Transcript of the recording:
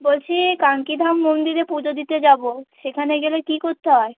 বলছি এই কানকি ধাম মন্দিরে পুজো দিতে যাবো সেখানে গেলে কী করতে হয়